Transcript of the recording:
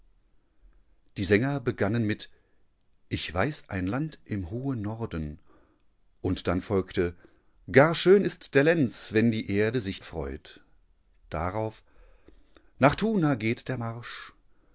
die sänger begannen mit ich weiß ein land im hohen norden und dann folgte gar schön ist der lenz wenn die erde sich freut darauf nach tunagehtdermarsch mannheit